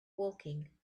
woking